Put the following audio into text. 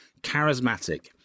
charismatic